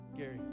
Gary